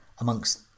amongst